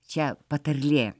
čia patarlė